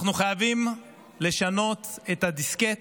אנחנו חייבים לשנות את הדיסקט